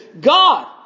God